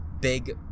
big